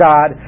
God